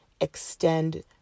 extend